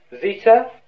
zeta